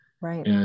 Right